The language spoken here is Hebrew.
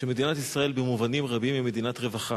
שמדינת ישראל במובנים רבים היא מדינת רווחה,